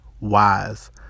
wise